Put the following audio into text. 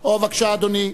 בבקשה, אדוני.